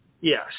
Yes